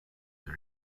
the